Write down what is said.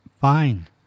fine